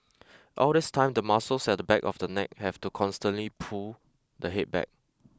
all this time the muscles at the back of the neck have to constantly pull the head back